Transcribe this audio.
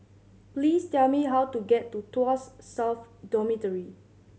please tell me how to get to Tuas South Dormitory